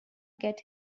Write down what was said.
get